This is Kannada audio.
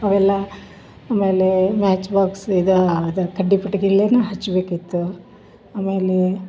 ಅವೆಲ್ಲ ಆಮೇಲೆ ಮ್ಯಾಚ್ಬಾಕ್ಸ್ ಇದ ಅದು ಕಡ್ಡಿ ಪಟ್ಗಿ ಎಲ್ಲಾನ ಹಚ್ಬೇಕಿತ್ತು ಆಮೇಲೆ